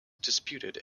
disputed